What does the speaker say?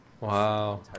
Wow